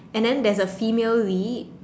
and then there's a female lead